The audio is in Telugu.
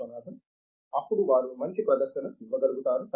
విశ్వనాథన్ అప్పుడు వారు మంచి ప్రదర్శన ఇవ్వగలుగుతారు